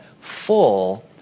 Full